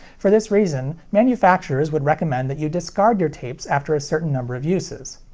for this reason, manufacturers would recommend that you discard your tapes after a certain number of uses.